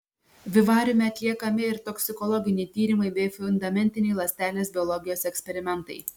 vivariume atliekami ir toksikologiniai tyrimai bei fundamentiniai ląstelės biologijos eksperimentai